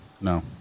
no